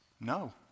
No